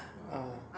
ah